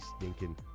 stinking